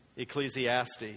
Ecclesiastes